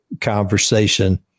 conversation